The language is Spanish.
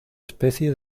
especie